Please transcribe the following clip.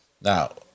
now